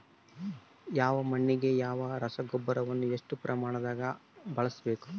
ಯಾವ ಮಣ್ಣಿಗೆ ಯಾವ ರಸಗೊಬ್ಬರವನ್ನು ಎಷ್ಟು ಪ್ರಮಾಣದಾಗ ಬಳಸ್ಬೇಕು?